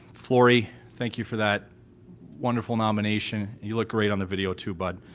flory thank you for that wonderful nomination, you look great on the video too bud.